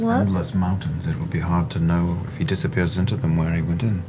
like endless mountains it will be hard to know if he disappears into them where he went in.